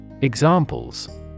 Examples